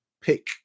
pick